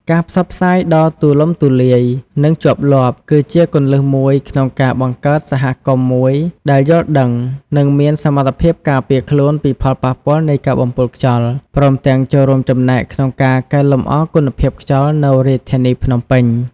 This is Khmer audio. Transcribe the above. ការផ្សព្វផ្សាយដ៏ទូលំទូលាយ និងជាប់លាប់ គឺជាគន្លឹះមួយក្នុងការបង្កើតសហគមន៍មួយដែលយល់ដឹង និងមានសមត្ថភាពការពារខ្លួនពីផលប៉ះពាល់នៃការបំពុលខ្យល់ ព្រមទាំងចូលរួមចំណែកក្នុងការកែលម្អគុណភាពខ្យល់នៅរាជធានីភ្នំពេញ។